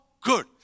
good